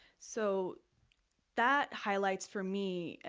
so that highlights for me, ah